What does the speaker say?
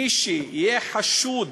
שמי שיהיה חשוד